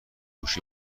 پوش